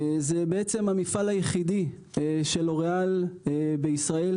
זה בעצם המפעל היחיד של לוריאל בישראל,